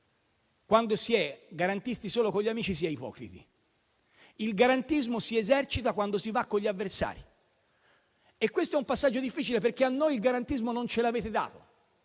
Quando si è garantisti solo con gli amici, si è ipocriti. Il garantismo si esercita quando si va con gli avversari. Questo è un passaggio difficile, perché a noi il garantismo non ce l'avete dato,